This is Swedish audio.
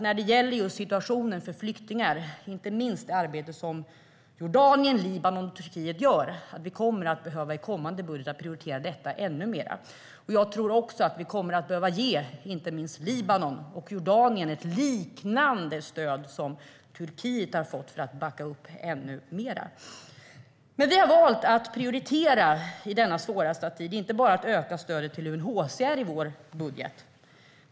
När det gäller situationen för flyktingar - inte minst det arbete som Jordanien, Libanon och Turkiet gör - tror vi också att vi i kommande budget kommer att behöva prioritera detta ännu mer. Jag tror också att vi kommer att behöva ge inte minst Libanon och Jordanien ett liknande stöd som Turkiet har fått för att backa upp ännu mer. I denna svåra situation har vi valt att prioritera inte bara att öka stödet till UNHCR i vår budget.